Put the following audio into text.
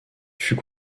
fut